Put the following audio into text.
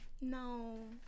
no